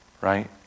right